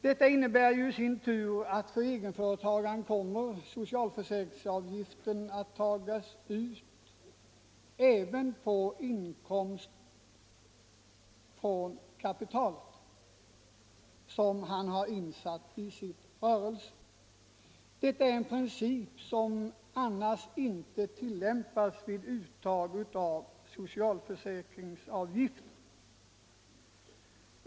Detta innebär i sin tur att socialförsäkringsavgiften för egenföretagare kommer att tas ut också på inkomsten av kapital som vederbörande har insatt i sin rörelse. Detta är en princip som annars inte tillämpas vid uttag av socialförsäkringsavgifter.